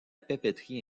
papeterie